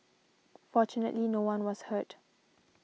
fortunately no one was hurt